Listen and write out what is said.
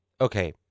Okay